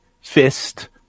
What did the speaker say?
fist